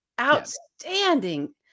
outstanding